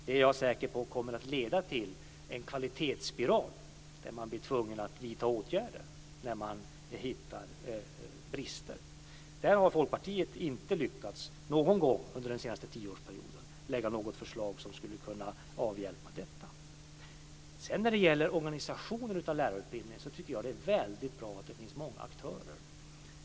Jag är säker på att detta kommer att leda till en kvalitetsspiral där åtgärder vidtas när brister kommer fram. Folkpartiet har inte någon gång under den senaste tioårsperioden lyckats lägga fram något förslag som skulle kunna avhjälpa detta. När det gäller organisationen av lärarutbildningen är det bra att det finns många aktörer.